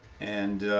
and